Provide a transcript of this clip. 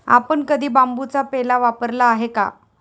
आपण कधी बांबूचा पेला वापरला आहे का?